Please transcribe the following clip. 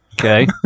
Okay